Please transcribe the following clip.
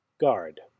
Guard